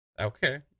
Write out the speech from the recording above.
Okay